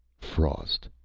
frost.